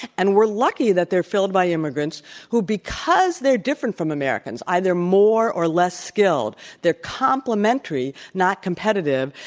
and we're lucky that they're filled by immigrants who, because they're different from americans, either more or less skilled, they're complementary, not competitive.